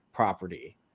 property